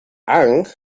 aang